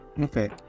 Okay